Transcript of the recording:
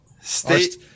state